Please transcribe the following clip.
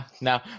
no